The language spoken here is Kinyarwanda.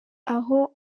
aho